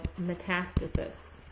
metastasis